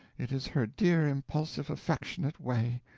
it is her dear, impulsive, affectionate way.